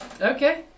Okay